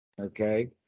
Okay